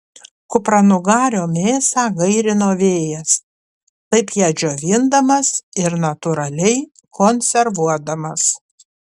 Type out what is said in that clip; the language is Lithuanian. kupranugario mėsą gairino vėjas taip ją džiovindamas ir natūraliai konservuodamas